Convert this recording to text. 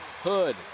Hood